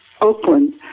Oakland